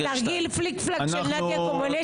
2. תרגיל פליק-פלאק של נדיה קומנצ'י.